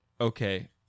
Okay